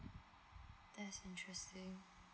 that's interesting